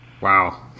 wow